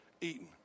eaten